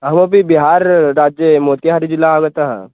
अहमपि बिहारराज्ये मोतिहारजिल्ला आगतः